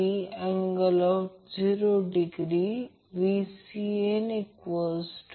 तर त्याचप्रमाणे समजा एक मॅग्नेट आहे तो फिरत आहे आणि त्याच्या सभोवताली स्थिर भाग आहे ज्याला स्टेटर म्हणतात